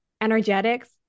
energetics